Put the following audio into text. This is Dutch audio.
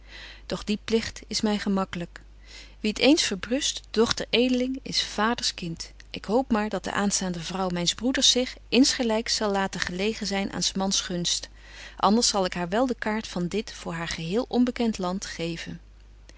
doch die pligt is my gemaklyk wie het eens verbrust dochter edeling is vaders kind ik hoop maar dat de aanstaande vrouw myns broeders zich insgelyks zal laten gelegen zyn aan s mans gunst anders zal ik haar wel de kaart van dit voor haar geheel onbekent land geven